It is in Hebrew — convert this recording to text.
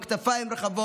עם כתפיים רחבות,